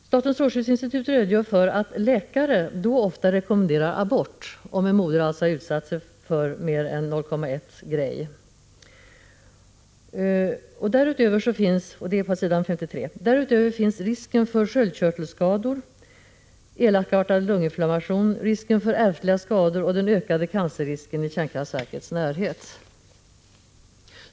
Statens strålskyddsinstitut redogör för att läkare ofta rekommenderar abort om kvinnan utsatts för mer än 0,1 Gy — det står på s. 53. Därutöver finns risken för sköldkörtelskador, elakartad lunginflammation, risken för ärftliga skador och den ökade cancerrisken i kärnkraftverkets närhet.